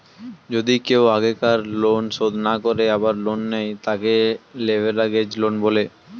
যদি কেও আগেকার লোন শোধ না করে আবার লোন নেয়, তাকে লেভেরাগেজ লোন বলে